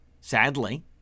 sadly